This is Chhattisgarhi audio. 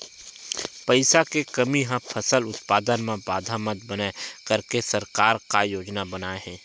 पईसा के कमी हा फसल उत्पादन मा बाधा मत बनाए करके सरकार का योजना बनाए हे?